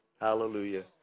Hallelujah